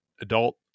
adult